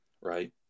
right